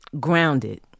grounded